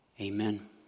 Amen